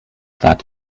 that